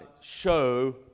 show